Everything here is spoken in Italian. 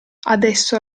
adesso